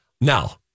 Now